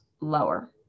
lower